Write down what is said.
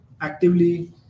actively